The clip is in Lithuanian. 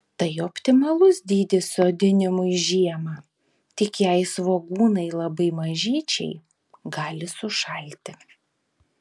tai optimalus dydis sodinimui žiemą tik jei svogūnai labai mažyčiai gali sušalti